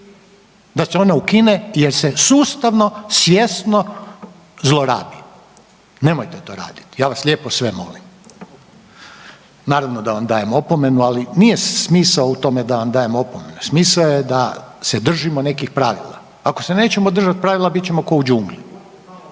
da se ona ukine jer se sustavno, svjesno zlorabi. Da, nemojte to raditi ja vas lijepo sve molim. Naravno da vam dajem opomenu, ali nije smisao u tome da vam dajem opomenu. Smisao je da se držimo nekih pravila. Ako se nećemo držati pravila bit ćemo kao u džungli.